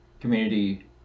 community